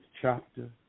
chapter